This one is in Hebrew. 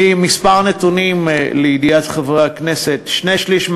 כמה נתונים לידיעת חברי הכנסת: שני-שלישים